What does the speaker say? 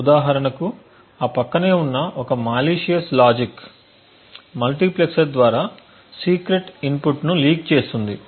ఉదాహరణకు ఆ ప్రక్కనే వున్న ఒక మాలిసియస్ లాజిక్ మల్టీప్లెక్సర్ ద్వారా సీక్రెట్ ఇన్పుట్ ను లీక్ చేస్తుంది